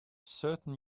certain